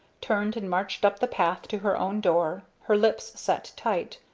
turned and marched up the path to her own door, her lips set tight,